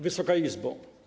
Wysoka Izbo!